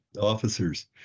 officers